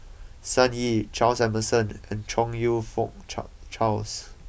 Sun Yee Charles Emmerson and Chong you Fook char Charles